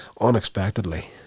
unexpectedly